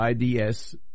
IDS